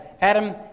Adam